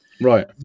Right